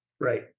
Right